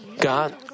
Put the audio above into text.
God